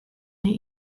nie